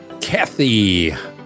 Kathy